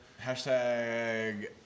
Hashtag